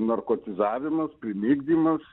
narkotizavimas primigdymas